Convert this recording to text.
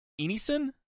Enison